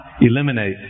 eliminate